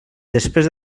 després